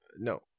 No